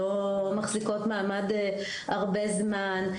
לא מחזיקות מעמד הרבה זמן.